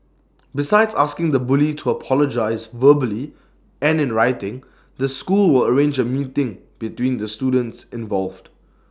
besides asking the bully to apologise verbally and in writing the school will arrange A meeting between the students involved